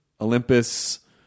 Olympus